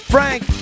Frank